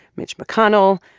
mitch mcconnell.